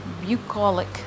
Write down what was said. bucolic